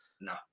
No